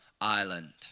island